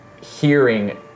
hearing